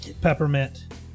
Peppermint